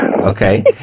Okay